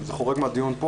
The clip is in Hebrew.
זה חורג מהדיון.